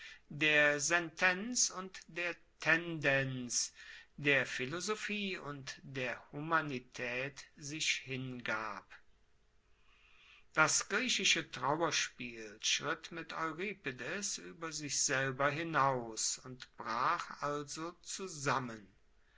der sentenz und der tendenz der philosophie und der humanitaet sich hingab das griechische trauerspiel schritt mit euripides ueber sich selber hinaus und brach also zusammen